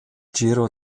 giro